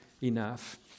enough